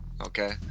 Okay